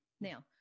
Now